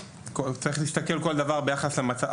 צריך להסתכל על כל דבר ביחס למצב הקודם.